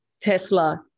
Tesla